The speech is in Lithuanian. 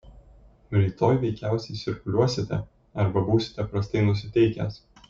rytoj veikiausiai sirguliuosite arba būsite prastai nusiteikęs